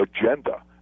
agenda